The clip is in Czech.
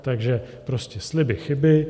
Takže prostě sliby chyby.